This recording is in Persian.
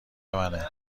منه